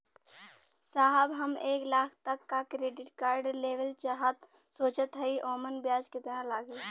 साहब हम एक लाख तक क क्रेडिट कार्ड लेवल सोचत हई ओमन ब्याज कितना लागि?